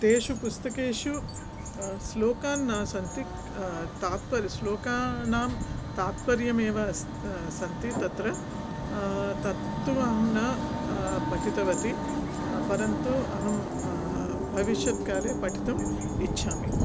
तेषु पुस्तकेषु श्लोकाः न सन्ति तात्पर्यं श्लोकानां तात्पर्यमेव अस्ति सन्ति तत्र तत्तु अहं न पठितवती परन्तु अहं भविष्यत्काले पठितुम् इच्छामि